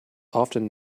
often